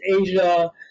Asia